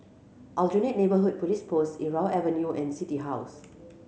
Aljunied Neighbourhood Police Post Irau Avenue and City House